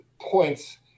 points